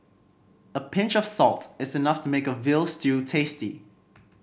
a pinch of salt is enough to make a veal stew tasty